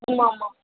ஆமாம் ஆமாம்